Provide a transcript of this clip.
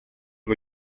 con